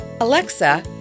Alexa